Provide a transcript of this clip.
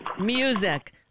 Music